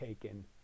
taken